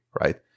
right